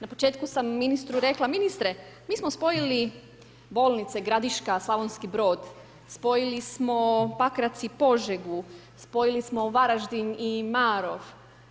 Na početku sam ministru rekla, ministre, mi smo spojili bolnice Gradiška, Slavonski Brod, spojili smo Pakrac i Požegu, spojili smo Varaždin i Marof.